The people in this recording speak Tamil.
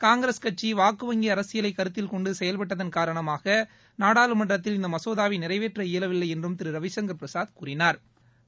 காங்கிரஸ் கட்சி வாக்கு வங்கி அரசியலை கருத்திலகொண்டு செயல்பட்டதன் காரணமாக நாடாளுமன்றத்தில் இந்த மசோதாவை நிறைவேற்ற இயலவில்லை என்றும் திரு ரவிசங்கர் பிரசாத் தெரிவித்தாா்